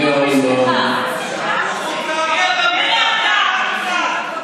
אני קורא אותך לסדר פעם שלישית.